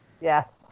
Yes